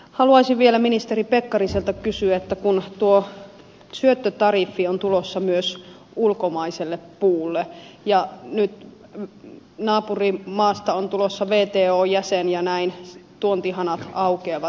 haluaisin vielä ministeri pekkariselta kysyä kun tuo syöttötariffi on tulossa myös ulkomaiselle puulle ja nyt naapurimaasta on tulossa wton jäsen ja näin tuontihanat aukeavat